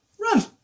Run